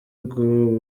ngo